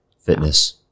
fitness